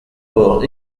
bord